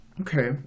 Okay